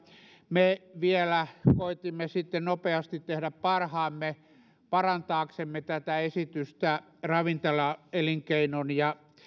me vielä koetimme sitten nopeasti tehdä parhaamme parantaaksemme tätä esitystä ravintolaelinkeinon ja